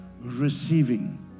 receiving